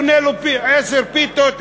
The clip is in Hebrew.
קונה לו עשר פיתות,